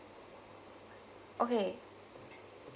okay